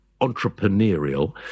entrepreneurial